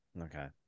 Okay